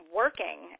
working